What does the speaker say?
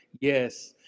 Yes